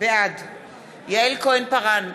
בעד יעל כהן-פארן,